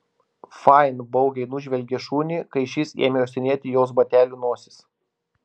fain baugiai nužvelgė šunį kai šis ėmė uostinėti jos batelių nosis